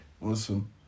Awesome